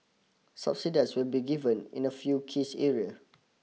subsidise will be given in a few kiss area